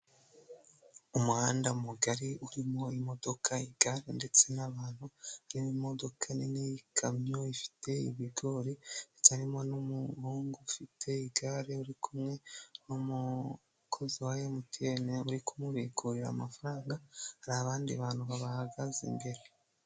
Umuhanda mugari urimo imodoka, igare ndetse n'abantu n'imodoka nini y'ikamyo ifite ibigori ndetse haririmo n'umuhungu ufite igare uri kumwe n'umukozi wa emutiyene uri kumubikurira amafaranga hari abandi bantu bahagaze imbere.